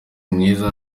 mwiza